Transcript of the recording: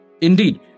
Indeed